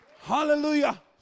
Hallelujah